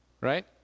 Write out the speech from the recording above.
right